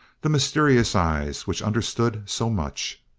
the mysterious eyes which understood so much.